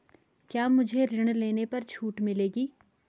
क्या मुझे ऋण लेने पर छूट मिलेगी?